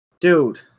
dude